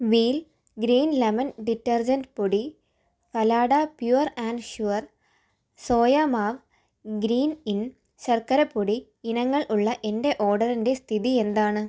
wheel green lemon detergent പൊടി ഫലാഡ pure and sure soya മാവ് ഗ്രീൻ ഇൻ ശർക്കര പൊടി ഇനങ്ങൾ ഉള്ള എന്റെ ഓർഡറിന്റെ സ്ഥിതി എന്താണ്